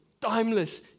timeless